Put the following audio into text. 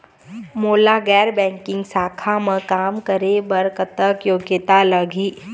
मोला गैर बैंकिंग शाखा मा काम करे बर कतक योग्यता लगही?